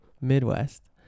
Midwest